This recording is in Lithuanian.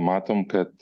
matome kad